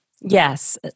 Yes